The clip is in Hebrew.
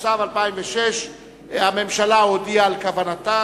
התשס"ו 2006. הממשלה הודיעה על כוונתה.